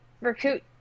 recruit